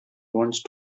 once